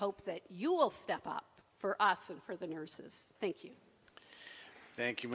hope that you will step up for us and for the nurses thank you thank you